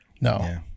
No